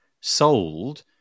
sold